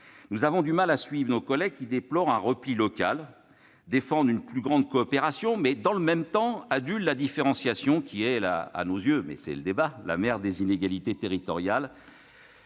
Nous avons du mal à suivre nos collègues qui déplorent un repli local, défendent une plus grande coopération, mais, dans le même temps, adulent la différenciation, qui est, à nos yeux- mais c'est le débat -, la mère des inégalités territoriales,